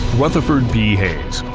rutherford b hayes